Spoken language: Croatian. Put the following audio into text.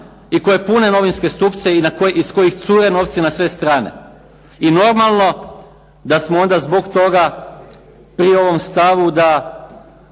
i koje pune novinske stupce, iz kojih cure novci na sve strane, i normalno da smo onda zbog toga pri ovom stavu da